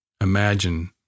imagine